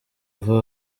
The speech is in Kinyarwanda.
ava